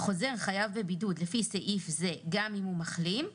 חוזר חייב בבידוד לפי סעיף זה גם אם הוא מחלים,